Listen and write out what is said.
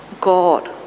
God